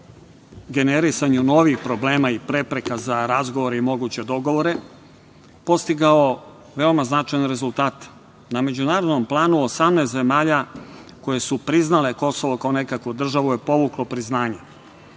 generisanju novih problema i prepreka za razgovor i moguće dogovore postigao veoma značajan rezultat. Na međunarodnom planu 18 zemalja koje su priznale Kosovo kao nekakvu državu je povuklo priznanja,